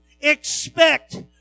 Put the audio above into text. expect